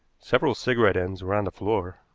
several cigarette-ends were on the floor.